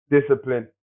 Discipline